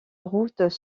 routes